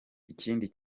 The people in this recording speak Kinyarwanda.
ikindi